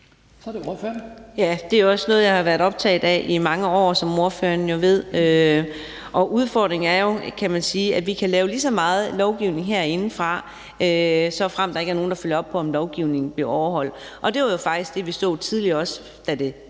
Det er også noget, jeg har været optaget af i mange år, som ordføreren jo ved, og udfordringen er, kan man sige, at vi kan lave lige så meget lovgivning herindefra, såfremt der ikke er nogen, der følger op på, om lovgivningen bliver overholdt. Det var jo faktisk det, vi også så tidligere, da det hed